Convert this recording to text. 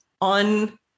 on